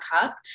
cup